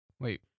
Wait